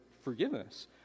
forgiveness